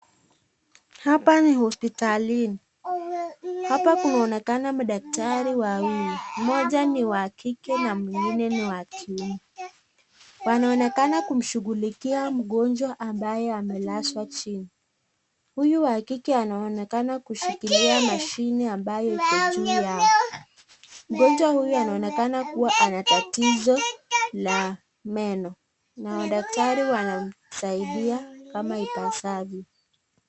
Hapa ni hospitalini. Hapa kunaonekana madaktari wawili. Mmmoja ni wa kike na mwingine ni wa jiume. Wanaonekana kumshugulikia mgonjwa ambaye amelazwa chini. Huyu w kike anaonekana kushikilia mashine ambayo iko juu yao. Mgonjwa huyo anaonekana kuwa ana tatizo la meno na daktari wanamsaidia kama ipasavyo.